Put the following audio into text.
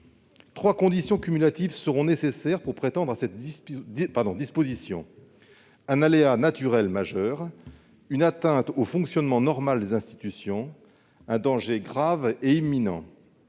Trois conditions cumulatives seront nécessaires pour y prétendre : un aléa naturel majeur, une atteinte au fonctionnement normal des institutions et un danger grave et imminent.